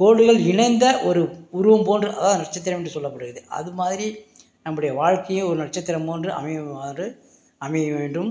கோடுகள் இணைந்த ஒரு உருவம் போன்ற அதாவது நட்சத்திரம் என்று சொல்லக்கூடியது அதுமாதிரி நம்மளுடைய வாழ்க்கையும் ஒரு நட்சத்திரம் போன்று அமையுமாறு அமைய வேண்டும்